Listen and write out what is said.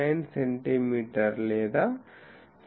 859 centimetre లేదా 5